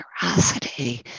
generosity